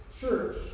church